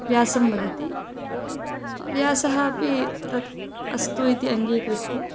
व्यासं वदति व्यासः अपि तत् अस्तु इति अङ्गीकृत्य